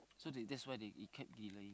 so the that's why they he keep delay